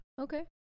Okay